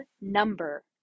number